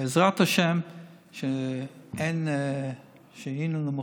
בעזרת השם היינו נמוכים.